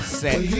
set